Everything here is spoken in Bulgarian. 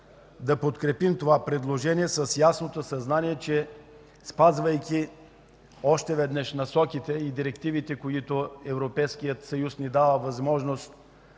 да подкрепим това предложение с ясното съзнание, че спазвайки още веднъж насоките и директивите, които Европейският съюз ни дава като възможност